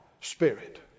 spirit